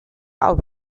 aus